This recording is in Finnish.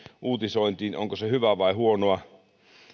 uutisointiin onko se hyvää vai huonoa